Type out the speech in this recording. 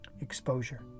exposure